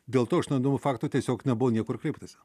dėl to išnaudojimo faktų tiesiog nebuvau niekur kreiptasi